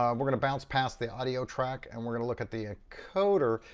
um we're gonna bounce past the audio track and we're gonna look at the encoder,